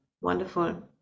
wonderful